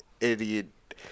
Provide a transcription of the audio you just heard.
idiot